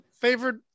favorite